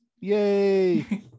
Yay